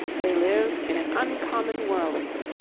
they lived in an uncommon world of it.